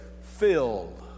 filled